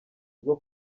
bwo